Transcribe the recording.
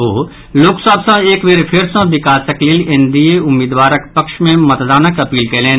ओ लोक सभ सँ एक बेर फेर सँ विकासक लेल एनडीए उम्मीदवारक पक्ष मे मतदानक अपील कयलनि